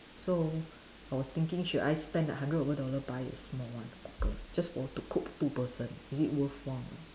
so I was thinking should I spend that hundred over dollar buy a small one cooker just for to cook two person is it worthwhile or not